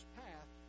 path